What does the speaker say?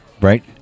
Right